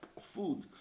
food